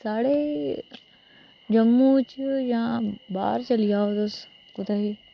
साड़े जम्मू च जां बाहर चली जाओ तुस कुतै बी